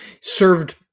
served